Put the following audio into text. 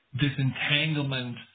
disentanglement